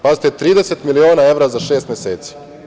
Pazite, 30 miliona evra za šest meseci.